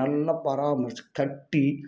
நல்லா பராமரித்து கட்டி